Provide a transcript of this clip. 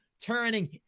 turning